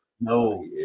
No